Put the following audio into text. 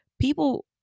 People